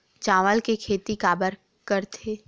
चावल के खेती काबर करथे?